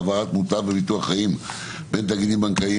העברת מוטב בביטוח חיים בין תאגידים בנקאיים),